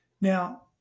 Now